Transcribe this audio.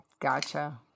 Gotcha